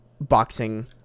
boxing